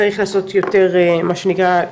צריך לעשות יותר מה שנקרא,